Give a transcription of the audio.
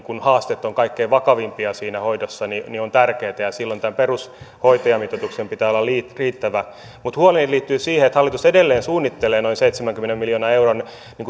haasteet ovat kaikkein vakavimpia siinä hoidossa se on tärkeätä ja silloin tämän perushoitajamitoituksen pitää olla riittävä mutta huoleni liittyy siihen että hallitus edelleen suunnittelee noin seitsemänkymmenen miljoonan euron